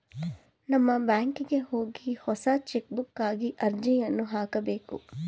ನಮ್ಮ ಬ್ಯಾಂಕಿಗೆ ಹೋಗಿ ಹೊಸ ಚೆಕ್ಬುಕ್ಗಾಗಿ ಅರ್ಜಿಯನ್ನು ಹಾಕಬೇಕು